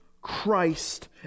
Christ